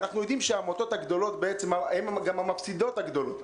אנחנו יודעים שהעמותות הגדולות הן גם המפסידות הגדולות,